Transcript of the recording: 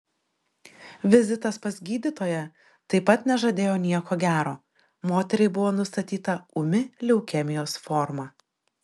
vizitas pas gydytoją taip pat nežadėjo nieko gero moteriai buvo nustatyta ūmi leukemijos forma